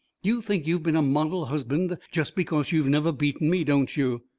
you think you've been a model husband just because you've never beaten me, don't you?